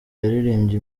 yaririmbye